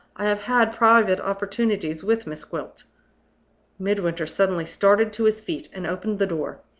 i have had private opportunities with miss gwilt midwinter suddenly started to his feet, and opened the door.